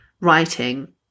writing